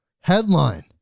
headline